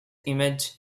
image